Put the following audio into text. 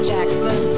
Jackson